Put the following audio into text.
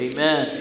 Amen